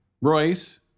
Royce